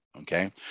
Okay